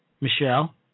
Michelle